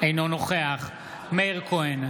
אינו נוכח מאיר כהן,